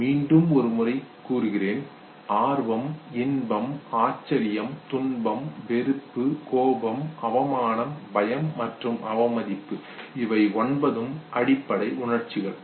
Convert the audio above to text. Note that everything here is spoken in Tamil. மீண்டும் ஒரு முறை சொல்கிறேன் ஆர்வம் இன்பம் ஆச்சரியம் துன்பம் வெறுப்பு கோபம் அவமானம் பயம் மற்றும் அவமதிப்பு இவை ஒன்பதும் அடிப்படை உணர்ச்சிகள்